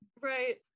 Right